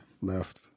left